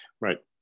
Right